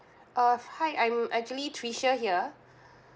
uh hi I'm actually tricia here